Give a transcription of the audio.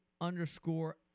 underscore